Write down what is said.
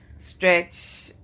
stretch